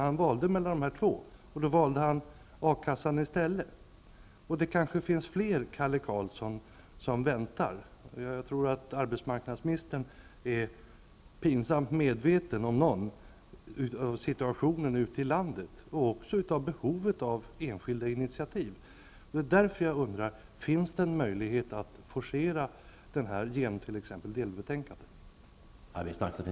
Han valde mellan de två, och valde då A-kassan. Det kanske finns flera Kalle Karlsson som väntar. Jag tror att arbetsmarknadsministern, om någon, är pinsamt medveten om situationen ute i landet och behovet av enskilda initiativ. Det är därför jag undrar om det finns någon möjlighet att forcera utredningen t.ex. till ett delbetänkande.